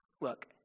look